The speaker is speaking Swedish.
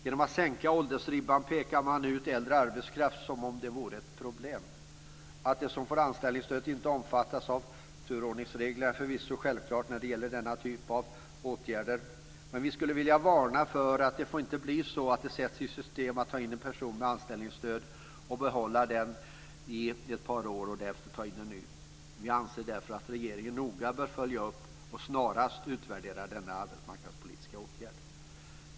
Genom att sänka åldersribban pekar man ut äldre arbetskraft som om den vore ett problem. Att de som får anställningsstöd inte omfattas av turordningsreglerna är förvisso självklart när det gäller denna typ av åtgärder. Men vi skulle vilja varna för att det inte får bli så att det sätts i system att ta in en person med anställningsstöd och behålla denna person i ett par år för att därefter ta in en ny. Vi anser därför att regeringen noga bör följa upp och snarast utvärdera denna arbetsmarknadspolitiska åtgärd.